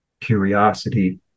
curiosity